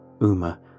Uma